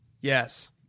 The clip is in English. Yes